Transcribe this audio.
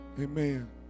Amen